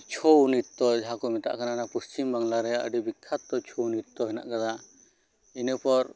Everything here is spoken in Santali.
ᱪᱷᱳᱣ ᱱᱤᱛᱛᱚ ᱡᱟᱦᱟᱸ ᱠᱚ ᱢᱮᱛᱟᱜ ᱠᱟᱱᱟ ᱚᱱᱟ ᱯᱚᱥᱪᱤᱢ ᱵᱟᱝᱞᱟ ᱨᱮᱭᱟᱜ ᱟᱰᱤ ᱵᱤᱠᱠᱷᱟᱛᱚ ᱪᱷᱳᱣ ᱱᱤᱛᱛᱚ ᱦᱮᱱᱟᱜ ᱠᱟᱫᱟ ᱤᱱᱟᱹ ᱯᱚᱨ